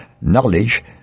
knowledge